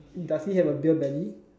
does he have a beer belly